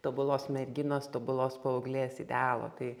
tobulos merginos tobulos paauglės idealo tai